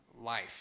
life